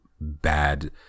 bad